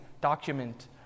document